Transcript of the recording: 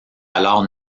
alors